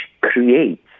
creates